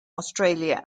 australia